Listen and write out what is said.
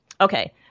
Okay